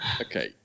Okay